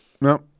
No